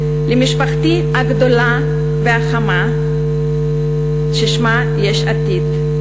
למשפחתי הגדולה והחמה ששמה יש עתיד,